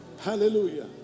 Hallelujah